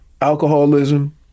alcoholism